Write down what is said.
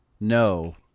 No